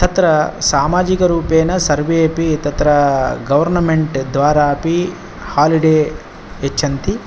तत्र सामाजिकरूपेण सर्वेऽपि तत्र गवरन्मेण्ट् द्वारापि हालिडे यच्छन्ति